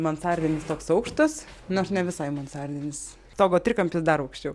mansardinis toks aukštas nors ne visai mansardinis stogo trikampis dar aukščiau